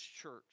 church